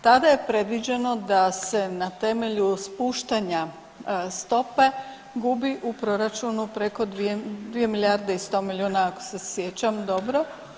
Tada je predviđeno da se na temelju spuštanja stope gubi u proračunu preko 2 milijarde i 100 milijuna ako se sjećam dobro.